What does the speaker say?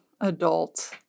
adult